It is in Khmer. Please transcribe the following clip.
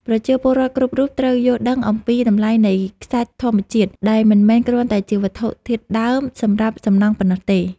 ប្រជាពលរដ្ឋគ្រប់រូបត្រូវយល់ដឹងអំពីតម្លៃនៃខ្សាច់ធម្មជាតិដែលមិនមែនគ្រាន់តែជាវត្ថុធាតុដើមសម្រាប់សំណង់ប៉ុណ្ណោះទេ។